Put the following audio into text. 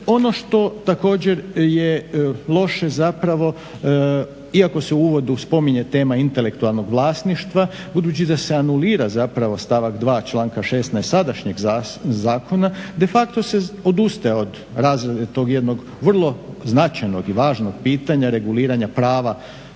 Ono što također je loše iako se u uvodu spominje tema intelektualnog vlasništva budući da se anulira stavak 2. Članka 16.sadašnjeg zakona de facto se odustaje od razrade tog jednog vrlo značajnog i važnog pitanja reguliranja prava